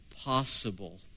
possible